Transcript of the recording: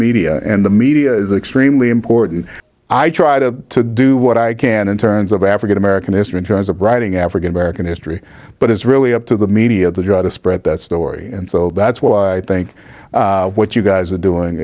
media and the media is extremely important i try to do what i can in terms of african american history in terms of writing african american history but it's really up to the media to try to spread that story and so that's why i think what you guys are doing